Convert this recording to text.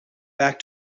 back